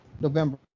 November